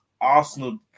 Arsenal